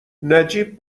نجیب